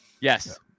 Yes